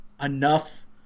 enough